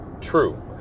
true